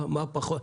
מה פחות?